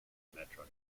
metro